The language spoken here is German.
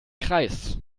kreis